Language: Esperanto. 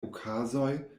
okazoj